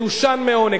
מדושן מעונג.